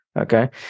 Okay